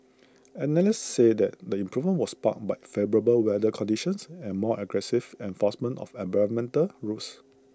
analysts said that the improvement was sparked by favourable weather conditions and more aggressive enforcement of environmental rules